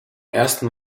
ersten